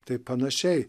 tai panašiai